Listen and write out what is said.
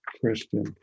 Christian